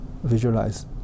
visualize